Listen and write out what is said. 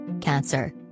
Cancer